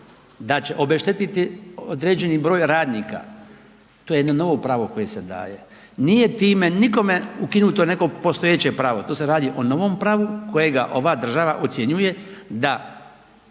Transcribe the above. da će obeštetiti određeni broj radnika, to je jedno novo pravo koje se daje, nije time nikome ukinuto neko postojeće pravo, tu se radi o novom pravu kojega ova država ocjenjuje da